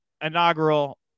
inaugural